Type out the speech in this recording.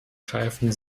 greifen